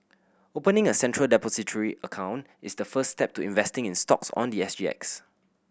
opening a Central Depository account is the first step to investing in stocks on the S G X